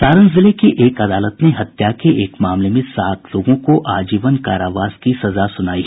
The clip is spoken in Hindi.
सारण जिले की एक अदालत ने हत्या के एक मामले में सात लोगों को आजीवन कारावास की सजा सुनायी